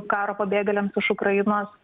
karo pabėgėliams iš ukrainos